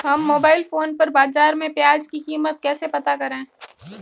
हम mobile phone पर बाज़ार में प्याज़ की कीमत कैसे पता करें?